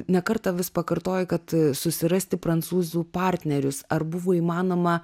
ne kartą vis pakartoji kad susirasti prancūzų partnerius ar buvo įmanoma